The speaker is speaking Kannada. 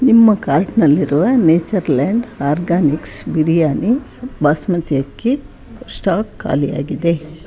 ನಿಮ್ಮ ಕಾರ್ಟ್ನಲ್ಲಿರುವ ನೇಚರ್ಲ್ಯಾಂಡ್ ಆರ್ಗ್ಯಾನಿಕ್ಸ್ ಬಿರಿಯಾನಿ ಬಾಸುಮತಿ ಅಕ್ಕಿ ಸ್ಟಾಕ್ ಖಾಲಿಯಾಗಿದೆ